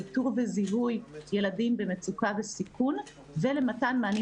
לאיתור וזיהוי ילדים במצוקה וסיכון ולמתן מענים